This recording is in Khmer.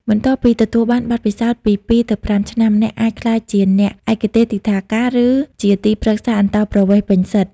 បន្ទាប់ពីទទួលបានបទពិសោធន៍ពី ២ទៅ៥ ឆ្នាំ អ្នកអាចក្លាយជា អ្នកឯកទេសទិដ្ឋាការ ឬជាទីប្រឹក្សាអន្តោប្រវេសន៍ពេញសិទ្ធ។